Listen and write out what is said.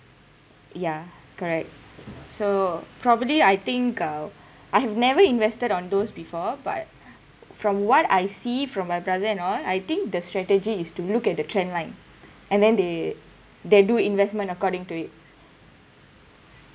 ya correct so probably I think uh I have never invested on those before but from what I see from my brother and all I think the strategy is to look at the trend line and then they they do investment according to it